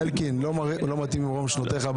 אלקין, לא מתאים ממרום שנותיך.